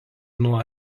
nuo